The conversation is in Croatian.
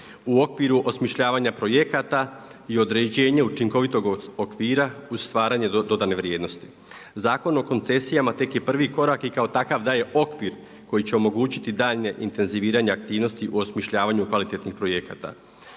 u okviru osmišljavanja projekata i određenje učinkovitog okvira uz stvaranje dodane vrijednosti. Zakon o koncesijama tek je prvi korak i kao takav daje okvir koji će omogućiti daljnje intenziviranje aktivnosti u osmišljavanju kvalitetnih projekata.